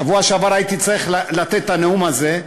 בשבוע שעבר הייתי צריך לתת את הנאום הזה,